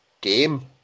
game